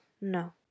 no